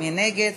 מי נגד?